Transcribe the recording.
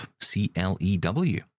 C-L-E-W